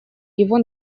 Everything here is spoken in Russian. его